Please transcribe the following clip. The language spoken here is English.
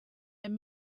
and